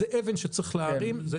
זאת אבן שצריך להרים.